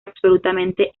absolutamente